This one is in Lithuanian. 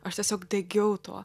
aš tiesiog degiau tuo